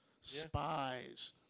spies